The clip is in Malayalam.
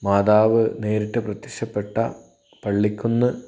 മാതാവ് നേരിട്ട് പ്രത്യക്ഷപ്പെട്ട പള്ളിക്കുന്ന്